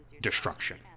destruction